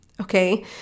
Okay